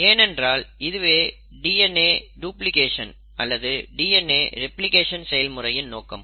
ஏனென்றால் இதுவே DNA duplication அல்லது டிஎன்ஏ ரெப்ளிகேஷன் செயல் முறையின் நோக்கம்